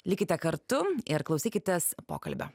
likite kartu ir klausykitės pokalbio